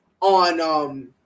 on –